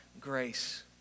grace